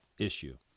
issue